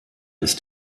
ist